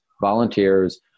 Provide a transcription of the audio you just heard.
volunteers